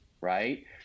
Right